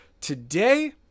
Today